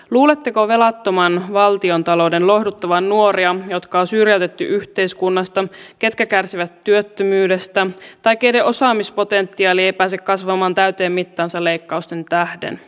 luuletteko velattoman valtiontalouden lohduttavan nuoria jotka on syrjäytetty yhteiskunnasta ketkä kärsivät työttömyydestä tai keiden osaamispotentiaali ei pääse kasvamaan täyteen mittaansa leikkausten tähden